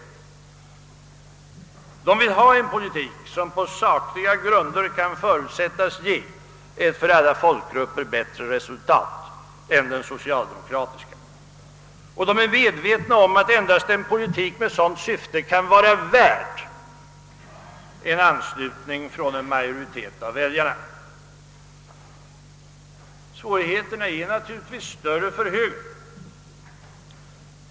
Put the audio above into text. Dessa partier vill ha en politik, som på sakliga grunder kan förutsättas ge ett för alla folkgrupper bättre resultat än den socialdemokratiska. De är medvetna om att endast en politik med sådant syfte kan vara värd en anslutning från en majoritet av väljarna. Svårigheterna är naturligtvis större för högern.